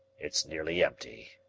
it's nearly empty,